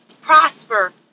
prosper